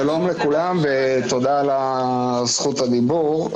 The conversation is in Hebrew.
שלום לכולם ותודה על זכות הדיבור.